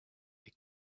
est